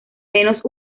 menos